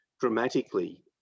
dramatically